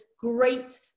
great